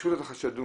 רשות החדשנות,